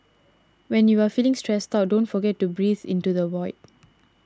when you are feeling stressed out don't forget to breathe into the void